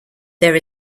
there